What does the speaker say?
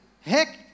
heck